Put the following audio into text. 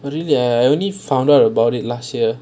oh really ah I only found out about it last year